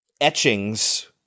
etchings